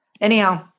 anyhow